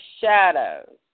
shadows